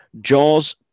Jaws